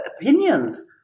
opinions